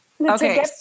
okay